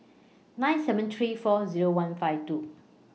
nine seven three four Zero one five two